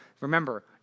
Remember